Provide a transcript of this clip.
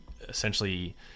essentially